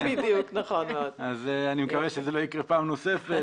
אני מקווה שזה לא יקרה פעם נוספת.